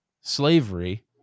slavery